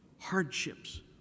hardships